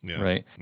right